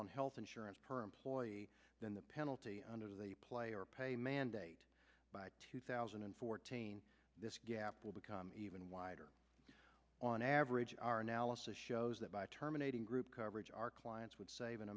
on health insurance per employee than the penalty under the player pay mandate by two thousand and fourteen this gap will become even wider on average our analysis shows that by terminating group coverage our clients would save an